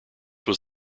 was